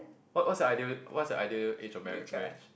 what's what's your ideal what's your ideal age of marry marriage